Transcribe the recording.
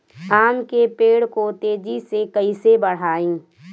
आम के पेड़ को तेजी से कईसे बढ़ाई?